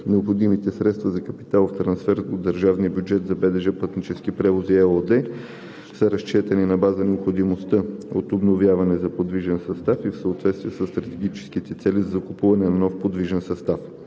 Необходимите средства за капиталов трансфер от държавния бюджет за „БДЖ – Пътнически превози“ ЕООД са разчетени на база необходимостта от обновяване на подвижния състав и в съответствие със стратегическите цели за закупуване на нов подвижен състав.